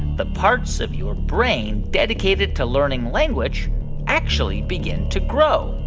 the parts of your brain dedicated to learning language actually begin to grow?